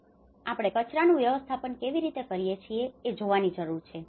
તેથી આપણે કચરાનું વ્યવસ્થાપન કેવી રીતે કરીએ છીએ એ જોવાની જરૂર છે